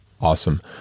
Awesome